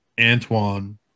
Antoine